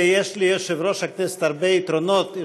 יש ליושב-ראש הכנסת הרבה יתרונות,